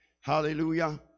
hallelujah